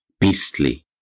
beastly